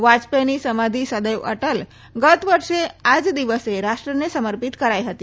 વાજપેથીની સમાધિ સદૈવ અટલ ગત વર્ષે આ જ દિવસે રાષ્ટ્રને સમર્પિત કરાઈ હતી